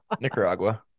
Nicaragua